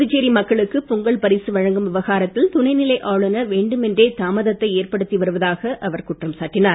புதுச்சேரி மக்களுக்கு பொங்கல் பரிசு வழங்கும் விவகாரத்தில் துணை நிலை ஆளுநர் வேண்டுமென்றே தாமதத்தை ஏற்படுத்தி வருவதாக அவர் குற்றம் சாட்டினார்